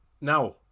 now